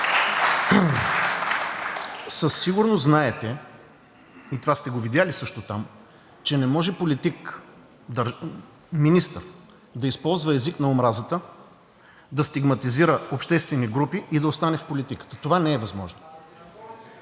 Със сигурност знаете и това сте го видели също там, че не може политик – министър, да използва език на омразата, да стигматизира обществени групи и да остане в политиката, това не е възможно.